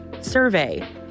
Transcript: survey